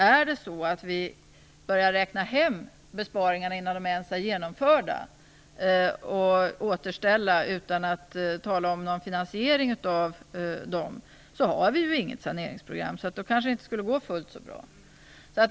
Är det så att vi börjar räkna med besparingarna innan de ens är genomförda och återställa systemen utan att tala om någon finansiering har vi inget saneringsprogram. Då kanske det inte skulle gå fullt så bra.